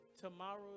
tomorrow